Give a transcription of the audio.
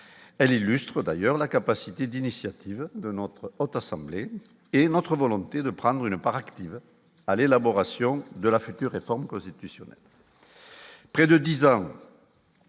elle illustre d'ailleurs la capacité d'initiative de notre haute assemblée et notre volonté de prendre une part active à l'élaboration de la future réforme constitutionnelle